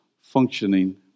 functioning